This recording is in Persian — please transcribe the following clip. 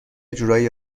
جورایی